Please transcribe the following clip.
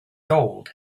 gold